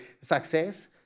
success